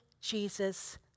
Jesus